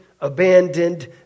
abandoned